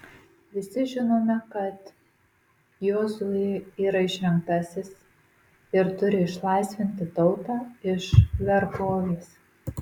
visi žinome kad jozuė yra išrinktasis ir turi išlaisvinti tautą iš vergovės